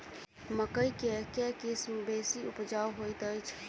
मकई केँ के किसिम बेसी उपजाउ हएत अछि?